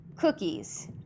cookies